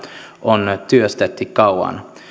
on työstetty kauan